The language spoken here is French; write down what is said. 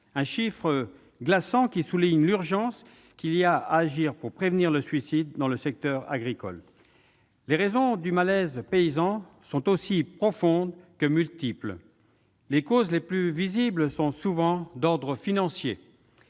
un chiffre glaçant, qui souligne l'urgence d'agir pour prévenir le suicide dans le secteur agricole. Les raisons du malaise paysan sont aussi profondes que multiples. Les causes les plus visibles sont souvent d'ordre financier.